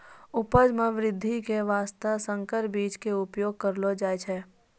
उपज मॅ वृद्धि के वास्तॅ संकर बीज के उपयोग करलो जाय छै